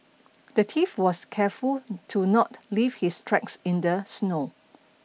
the thief was careful to not leave his tracks in the snow